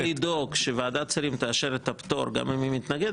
אם אתה יודע לדאוג שוועדת שרים תאשר את הפטור גם אם היא מתנגדת,